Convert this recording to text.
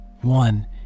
One